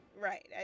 right